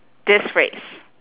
this phrase